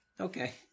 Okay